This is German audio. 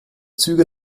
züge